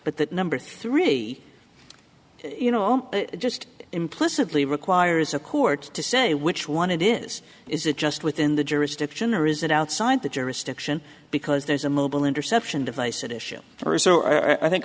but that number three you know it just implicitly requires a court to say which one it is is it just within the jurisdiction or is it outside the jurisdiction because there's a mobile interception device at issue or so i think